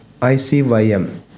ICYM